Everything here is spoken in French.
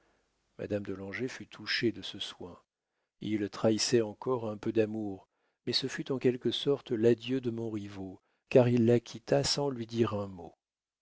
madame de langeais fut touchée de ce soin il trahissait encore un peu d'amour mais ce fut en quelque sorte l'adieu de montriveau car il la quitta sans lui dire un mot